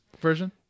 version